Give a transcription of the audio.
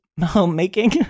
Homemaking